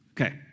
Okay